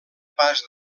pas